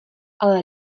ale